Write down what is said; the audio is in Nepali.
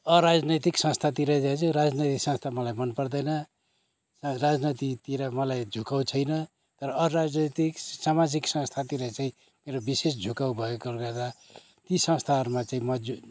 अराजनैतिक संस्थातिर जान्छु राजनैतिक संस्था मलाई मन पर्दैन राजनीतितिर मलाई झुकाउ छैन र अराजनैतिक समाजिक संस्थातिर चाहिँ मेरो विशेष झुकाव भएकोले गर्दा ती संस्थाहरूमा चाहिँ म जो